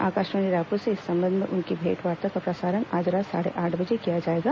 आकाशवाणी रायपुर से इस संबंध में उनकी भेंट वार्ता का प्रसारण आज रात साढ़े आठ बजे किया जाएगा